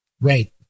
Right